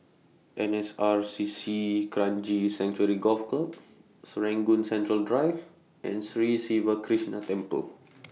N S R C C Kranji Sanctuary Golf Club Serangoon Central Drive and Sri Siva Krishna Temple